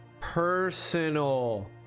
Personal